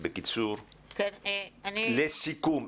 לסיכום,